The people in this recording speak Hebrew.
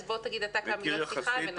אז בוא תגיד אתה כמה דברי פתיחה ואז נמשיך.